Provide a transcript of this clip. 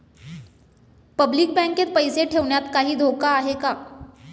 Public बँकेत पैसे ठेवण्यात काही धोका आहे का?